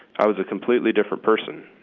i was a completely different person.